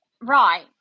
Right